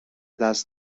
دست